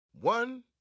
One